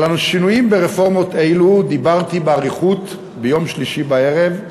על השינויים ברפורמות האלה דיברתי באריכות ביום שלישי בערב,